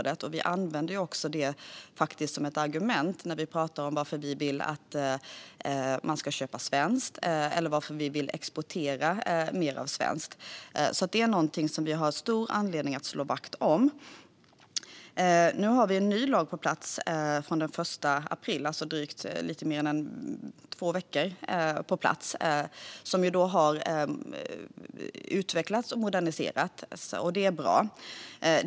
Det använder vi också som ett argument när vi talar om varför vi vill att man ska köpa svenskt eller varför vi vill exportera mer. Det är någonting som vi har stor anledning att slå vakt om. Vi har en ny lag på plats från den 1 april, alltså sedan drygt en vecka. Lagen har utvecklats och moderniserats, och det är bra.